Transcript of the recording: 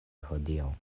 hodiaŭ